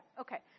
Okay